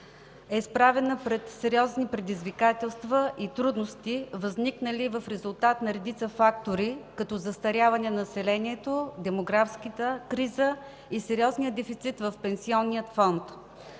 е изправена пред сериозни предизвикателства и трудности, възникнали в резултат на редица фактори като застаряване на населението, демографската криза и сериозния дефицит в пенсионния фонд.